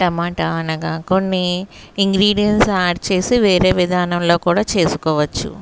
టమాటా అనగా కొన్ని ingredients add చేసి వేరే విధానంలో కూడా చేసుకోవచ్చు